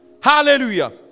Hallelujah